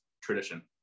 tradition